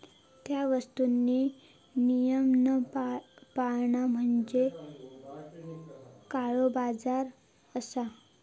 त्या वस्तुंनी नियम न पाळणा म्हणजे काळोबाजार असा